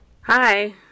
Hi